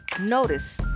Notice